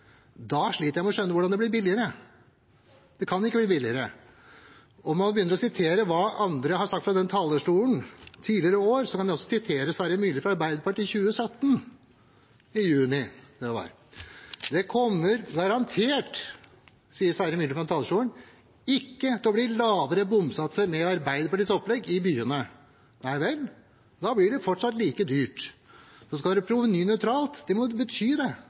da sliter jeg med å skjønne hvordan det blir billigere. Det kan ikke bli billigere. Og når man begynner å sitere hva andre har sagt fra denne talerstolen tidligere år, kan jeg referere hva Sverre Myrli fra Arbeiderpartiet sa fra denne talerstolen – jeg tror det var i juni 2017. Det kommer garantert ikke til å bli lavere bomsatser i byene med Arbeiderpartiets opplegg. Nei vel, da blir det fortsatt like dyrt. Så skal det være provenynøytralt. Det må bety at det